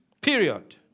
Period